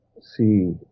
see